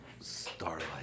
Starlight